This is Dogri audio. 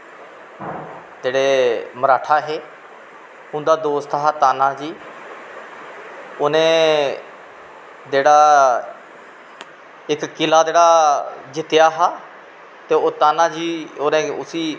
जेह्ड़े मराठा हे उंदा दोस्त हा ताना जी उनें जेह्ड़ा इक किला जेह्ड़ा जित्तेआ हा ते ताना जी उसी